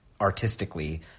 artistically